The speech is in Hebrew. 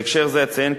בהקשר זה אציין,